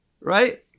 Right